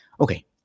Okay